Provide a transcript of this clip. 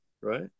Right